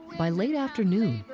by late afternoon,